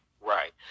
right